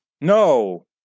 No